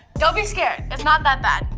don't be scared. it's not that bad.